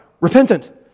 repentant